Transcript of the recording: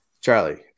Charlie